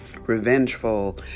revengeful